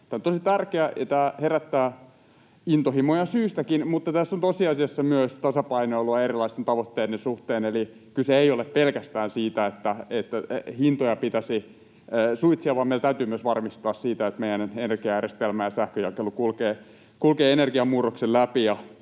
sinänsä tosi tärkeä ja tämä herättää intohimoja syystäkin, niin tässä on tosiasiassa myös tasapainoilua erilaisten tavoitteiden suhteen. Eli kyse ei ole pelkästään siitä, että hintoja pitäisi suitsia, vaan meidän täytyy myös varmistua siitä, että meidän energiajärjestelmä ja sähkönjakelu kulkevat energiamurroksen läpi